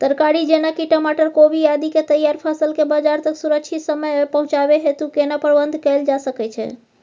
तरकारी जेना की टमाटर, कोबी आदि के तैयार फसल के बाजार तक सुरक्षित समय पहुँचाबै हेतु केना प्रबंधन कैल जा सकै छै?